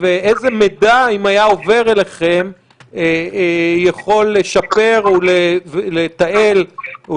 ואיזה מידע אם היה עובר אליכם יכול לשפר או לתעל או